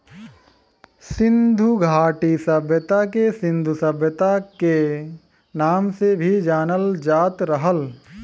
सिन्धु घाटी सभ्यता के सिन्धु सभ्यता के नाम से भी जानल जात रहल